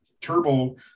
turbo